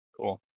Cool